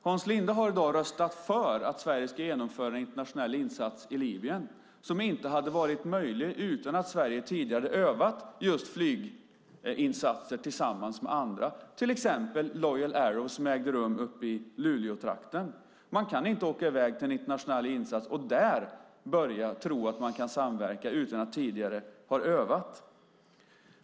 Hans Linde har i dag röstat för att Sverige ska genomföra en internationell insats i Libyen som inte hade varit möjlig utan att Sverige tidigare hade övat just flyginsatser tillsammans med andra, till exempel Loyal Arrow som ägde rum uppe i Luleåtrakten. Man kan inte åka i väg till en internationell insats och tro att man där kan börja samverka utan att tidigare ha övat.